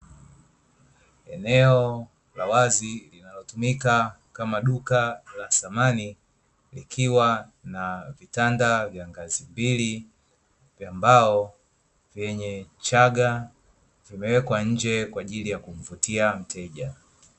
Eneo la wazi linalotumika kama duka la samani, likiwa na vitanda vya ngazi mbili vya mbao vyenye chaga vimewekwa nje kwa ajili ya kumvutia mteja.